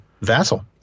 vassal